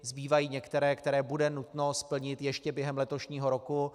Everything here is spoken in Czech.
Zbývají některé, které bude nutno splnit ještě během letošního roku.